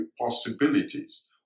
possibilities